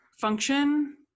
function